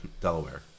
Delaware